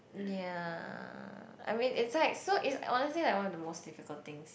ya I mean it's like so is wanna say one of the most difficult things